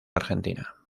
argentina